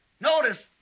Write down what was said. Notice